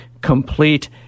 complete